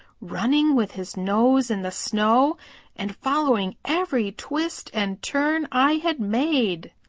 running with his nose in the snow and following every twist and turn i had made.